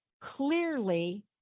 Clearly